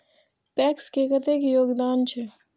PACS के कतेक योगदान छै?